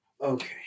Okay